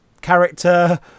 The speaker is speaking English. character